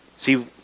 See